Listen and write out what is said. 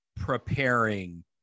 preparing